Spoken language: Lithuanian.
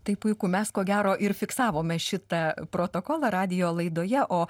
tai puiku mes ko gero ir fiksavome šitą protokolą radijo laidoje o